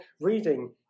reading